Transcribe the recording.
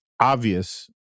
obvious